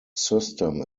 system